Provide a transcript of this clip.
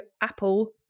Apple